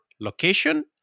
location